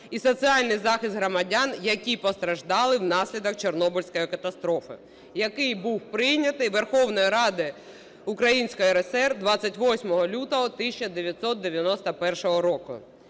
і соціальний захист громадян, які постраждали внаслідок Чорнобильської катастрофи", який був прийнятий Верховною Радою Української РСР 28 лютого 1991 року.